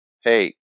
hey